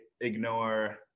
ignore